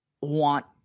want